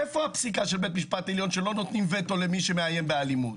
איפה הפסיקה של בית המשפט העליון שלא נותנים וטו למי שמאיים באלימות?